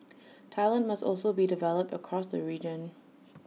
talent must also be developed across the region